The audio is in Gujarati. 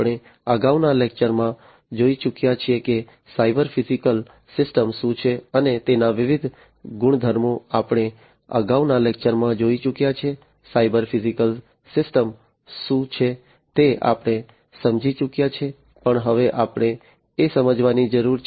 આપણે અગાઉના લેક્ચરમાં જોઈ ચૂક્યા છીએ કે સાયબર ફિઝિકલ સિસ્ટમ શું છે અને તેના વિવિધ ગુણધર્મો આપણે અગાઉના લેક્ચરમાં જોઈ ચૂક્યા છીએ સાયબર ફિઝિકલ સિસ્ટમ શું છે તે આપણે સમજી ચૂક્યા છીએ પણ હવે આપણે એ સમજવાની જરૂર છે